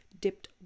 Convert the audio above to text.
dipped